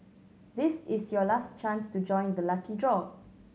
this is your last chance to join the lucky draw